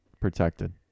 Protected